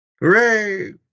Hooray